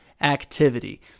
activity